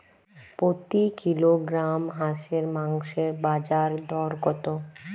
প্রতি কিলোগ্রাম হাঁসের মাংসের বাজার দর কত?